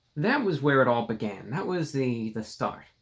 that was where it all began. that was the the start.